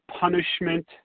punishment